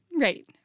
Right